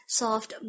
soft